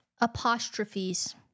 Apostrophes